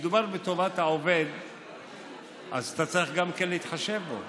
כשמדובר בטובת העובד אז אתה צריך גם כן להתחשב בו.